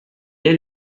est